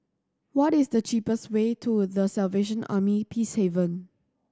what is the cheapest way to The Salvation Army Peacehaven